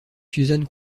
suzanne